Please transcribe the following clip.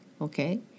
okay